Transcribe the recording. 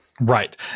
Right